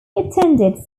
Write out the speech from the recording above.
attended